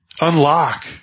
unlock